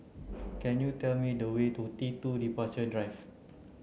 can you tell me the way to T two Departure Drive